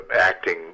acting